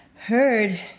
heard